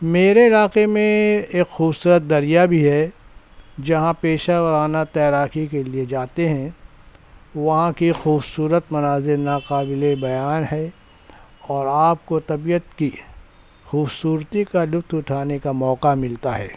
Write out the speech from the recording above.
میرے علاقے میں ایک خوبصورت دریا بھی ہے جہاں پیشہ وارانہ تیراکی کے لیے جاتے ہیں وہاں کے خوبصورت مناظر ناقابل بیان ہے اور آپ كو طبیعت کی خوبصورتی كا لطف اٹھانے کا موقع ملتا ہے